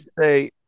say